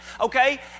Okay